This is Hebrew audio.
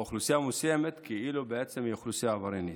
או אוכלוסייה מסוימת כאילו היא אוכלוסייה עבריינית.